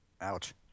Ouch